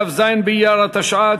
כ"ז באייר התשע"ג,